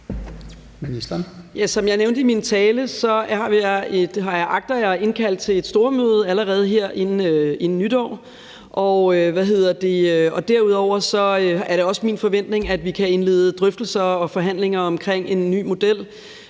Som jeg nævnte i min tale, agter jeg at indkalde til et stormøde allerede her inden nytår. Derudover er det også min forventning, at vi kan indlede drøftelser og forhandlinger omkring en model